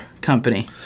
company